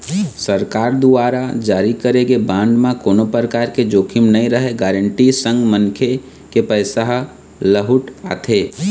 सरकार दुवार जारी करे गे बांड म कोनो परकार के जोखिम नइ रहय गांरटी के संग मनखे के पइसा ह लहूट आथे